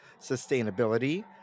sustainability